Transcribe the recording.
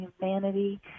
humanity